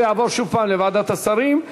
זה יעבור שוב לוועדת השרים,